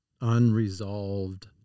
unresolved